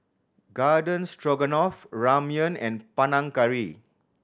Garden Stroganoff Ramyeon and Panang Curry